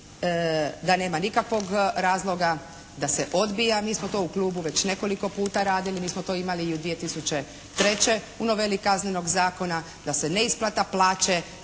da nema nikakvog razloga da se odbija, mi smo to u klubu već nekoliko puta radili, mi smo to imali i 2003. u noveli Kaznenog zakona da se neisplata plaće